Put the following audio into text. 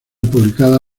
publicada